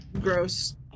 Gross